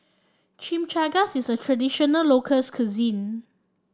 Chimichangas is a traditional locals cuisine